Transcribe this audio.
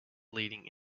leading